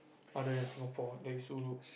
other than Singapore